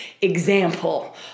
example